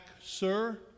sir